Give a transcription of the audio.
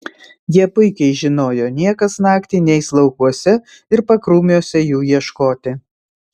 jie puikiai žinojo niekas naktį neis laukuose ir pakrūmiuose jų ieškoti